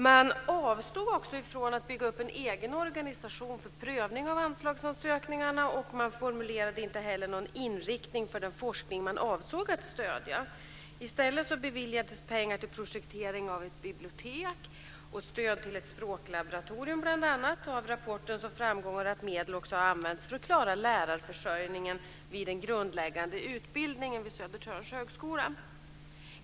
Man avstod också från att bygga upp en egen organisation för prövning av anslagsansökningar, och man formulerade inte heller någon inriktning för den forskning man avsåg att stödja. I stället beviljades pengar till projektering av ett bibliotek och stöd till ett språklaboratorium bl.a. Av rapporten framgår att medel också har använts för att klara lärarförsörjningen vid den grundläggande utbildningen vid Södertörns högskola.